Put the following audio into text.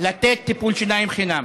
לתת טיפול שיניים חינם.